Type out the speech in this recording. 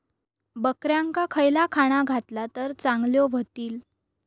बकऱ्यांका खयला खाणा घातला तर चांगल्यो व्हतील?